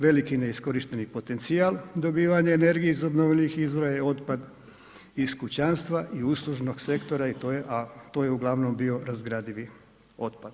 Veliki neiskorišteni potencijal dobivanja energije iz obnovljivih izvora je otpad iz kućanstva i uslužnog sektora i to je, a to je uglavnom biorazgradivi otpad.